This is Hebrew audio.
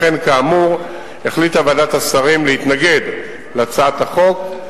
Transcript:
לכן, כאמור, החליטה ועדת השרים להתנגד להצעת החוק,